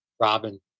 Robin